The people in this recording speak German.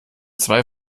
zwei